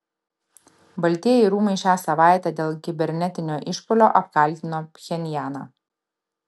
baltieji rūmai šią savaitę dėl kibernetinio išpuolio apkaltino pchenjaną